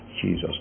Jesus